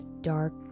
dark